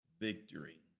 victory